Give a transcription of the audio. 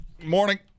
Morning